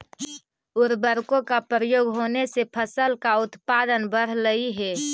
उर्वरकों का प्रयोग होने से फसल का उत्पादन बढ़लई हे